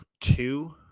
two